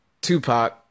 Tupac